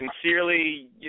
Sincerely